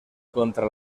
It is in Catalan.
contra